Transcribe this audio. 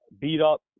beat-up